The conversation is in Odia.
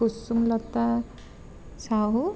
କୁସୁମ ଲତା ସାହୁ